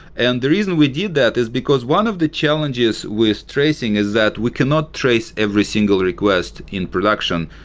and the reason we did that is because one of the challenges with tracing is that we cannot trace every single request in production,